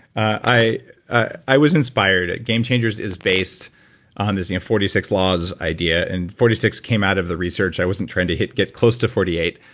i i was inspired. game changers is based on this forty six laws idea and forty six came out of the research. i wasn't trying to hit, get close to forty eight.